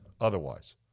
otherwise